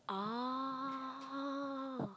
oh